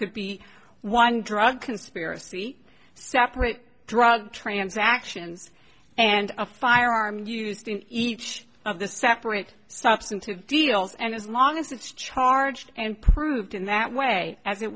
could be one drug conspiracy so after a drug transactions and a firearm used in each of the separate stops into deals and as long as it's charged and proved in that way as it